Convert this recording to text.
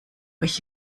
euch